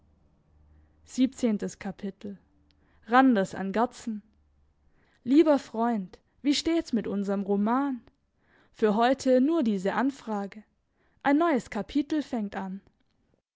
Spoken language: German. randers an gerdsen lieber freund wie steht's mit unserm roman für heute nur diese anfrage ein neues kapitel fängt an